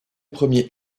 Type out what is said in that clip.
premiers